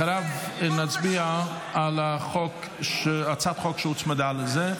אחריה נצביע על הצעת החוק שהוצמדה לזה.